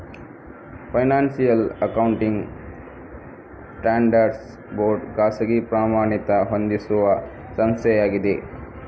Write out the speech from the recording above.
financial accounting standards board ಖಾಸಗಿ ಪ್ರಮಾಣಿತ ಹೊಂದಿಸುವ ಸಂಸ್ಥೆಯಾಗಿದೆ